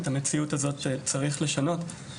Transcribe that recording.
את המציאות הזאת צריך לשנות.